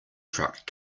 truck